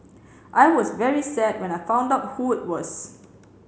I was very sad when I found out who it was